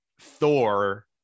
Thor